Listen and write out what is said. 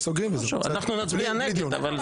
אנחנו נצביע נגד.